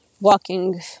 walking